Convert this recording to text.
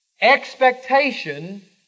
expectation